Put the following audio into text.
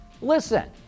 listen